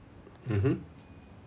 mmhmm